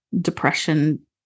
depression